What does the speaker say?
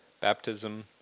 baptism